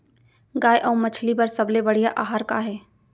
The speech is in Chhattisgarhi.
गाय अऊ मछली बर सबले बढ़िया आहार का हे?